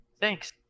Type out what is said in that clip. thanks